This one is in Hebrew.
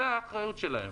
זו האחריות שלהם